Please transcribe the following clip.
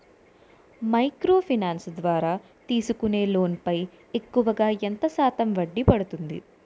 Micro finance ద్వారా తీసుకునే loan పై ఎక్కువుగా ఎంత శాతం వడ్డీ పడుతుంది?